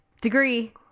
Degree